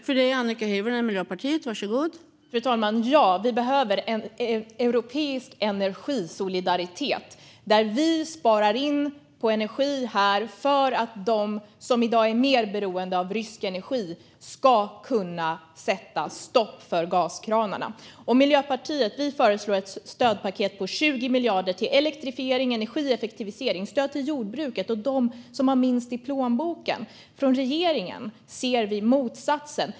Fru talman! Vi behöver en europeisk energisolidaritet där vi sparar energi här för att de som i dag är mer beroende av rysk energi ska kunna stänga gaskranarna. Vi i Miljöpartiet föreslår ett stödpaket på 20 miljarder till elektrifiering, energieffektivisering, stöd till jordbruket och stöd till dem som har minst i plånboken. Men från regeringen ser vi motsatsen.